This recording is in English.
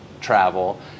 travel